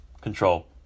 control